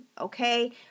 okay